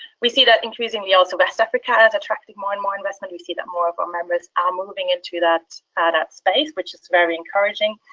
we see that increasingly also west africa has attracted more and more investment we see that more of our members are ah moving into that adapt space, which is very encouraging.